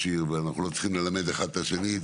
עיר ואנחנו לא צריכים ללמד האחד את השני,